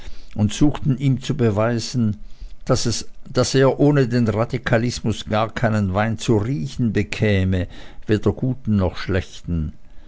und suchten ihm zu beweisen daß er ohne den radikalismus gar keinen wein zu riechen bekäme weder guten noch schlechten